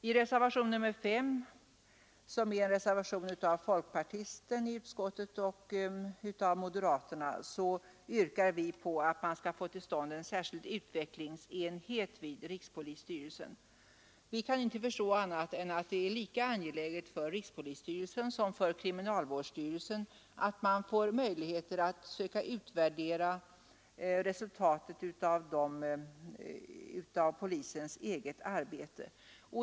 I reservationen 5, av folkpartisten i utskottet och moderaterna, yrkar vi på att få till stånd en särskild utvecklingsenhet vid rikspolisstyrelsen. Vi kan inte förstå annat än att det är lika angeläget för rikspolisstyrelsen som för kriminalvårdsstyrelsen att man får möjligheter att söka utvärdera resultatet av polisens eget arbete.